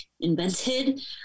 invented